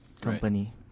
company